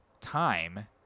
time